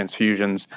transfusions